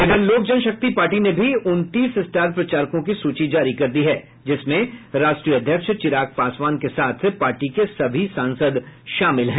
इधर लोकजन शक्ति पार्टी ने भी उनतीस स्टार प्रचारकों की सूची जारी कर दी है जिसमें राष्ट्रीय अध्यक्ष चिराग पासवान के साथ पार्टी के सभी सांसद शामिल हैं